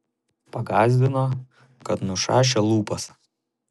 pagąsdino kad nušašią lūpas